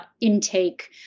intake